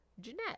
Jeanette